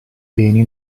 beni